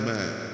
Man